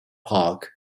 park